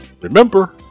Remember